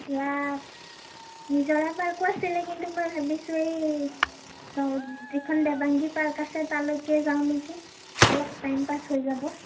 এতিয়া নিজৰাপাৰ কৈছিলে কিন্তু মই ভাবিছোঁ এই যিখন দেবাংগী পাৰ্ক আছে তালৈকে যাওঁ নেকি অলপ টাইম পাছ হৈ যাব